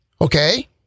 Okay